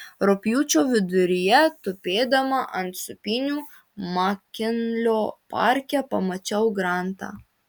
rugpjūčio viduryje tupėdama ant sūpynių makinlio parke pamačiau grantą